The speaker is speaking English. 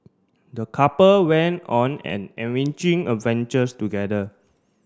the couple went on an enriching adventures together